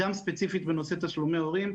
ספציפית בנושא תשלומי הורים,